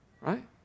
Right